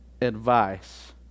advice